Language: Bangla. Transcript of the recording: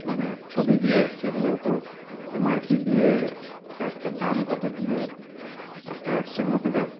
মানে ছবি দিয়ে সেগুলোর ওপর এম আর পি দিয়ে তার তার দাম কত দিয়ে একটা অ্যাপসের মতো ব্যব